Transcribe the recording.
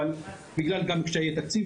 אבל גם בגלל קשיי תקציב,